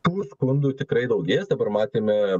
tų skundų tikrai daugės dabar matėme